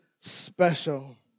special